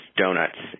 donuts